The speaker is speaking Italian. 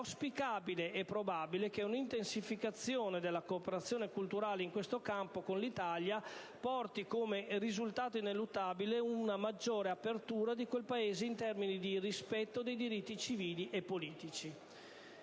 auspicabile e probabile che un'intensificazione della cooperazione culturale in questo campo con l'Italia porti, come risultato ineluttabile, ad una maggiore apertura di quel Paese in termini di rispetto dei diritti civili e politici.